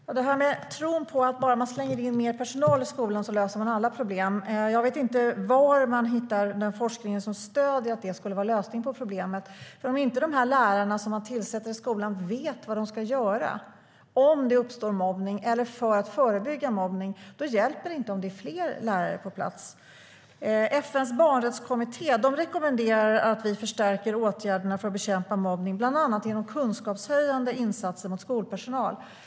Fru talman! Först om tron på att bara man slänger in mer personal i skolan så löser man alla problem: Jag vet inte var man hittar den forskning som stöder att det skulle vara lösningen på problemet. Om inte de lärare som man tillsätter i skolan vet vad de ska göra om det uppstår mobbning eller för att förebygga mobbning hjälper det inte om det är fler lärare på plats. FN:s barnrättskommitté rekommenderar att vi förstärker åtgärderna för att bekämpa mobbning bland annat genom kunskapshöjande insatser gentemot skolpersonal.